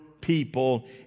people